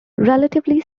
relatively